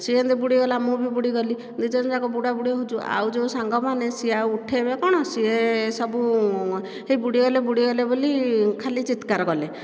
ସିଏ ଯେମିତି ବୁଡ଼ିଗଲା ମୁଁ ଭି ବୁଡ଼ିଗଲି ଦୁଇଜଣ ଯାକ ବୁଡ଼ାବୁଡି ହେଉଛୁ ଆଉ ଯେଉଁ ସାଙ୍ଗମାନେ ସିଏ ଆଉ ଉଠେଇବେ କ'ଣ ସେସବୁ ହେ ବୁଡ଼ିଗଲେ ବୁଡ଼ିଗଲେ ବୋଲି ଖାଲି ଚିତ୍କାର କଲେ